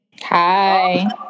Hi